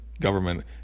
government